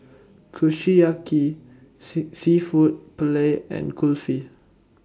Kushiyaki Seafood Paella and Kulfi